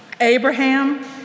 Abraham